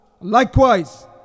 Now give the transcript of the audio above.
Likewise